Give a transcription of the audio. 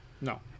No